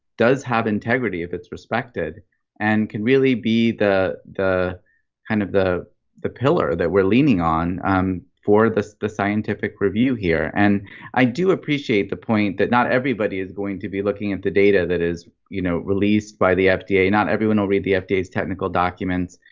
does have integrity if it's respected and can really be the the kind of the the pillar that we're leaning on um for the the scientific review here. and i do appreciate the point that not everybody is going to be looking at the data that is you know, released by the fda. not everyone will read the fda's technical documents.